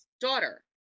daughter